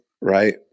Right